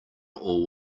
all